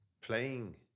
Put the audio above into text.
playing